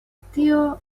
tio